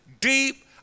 deep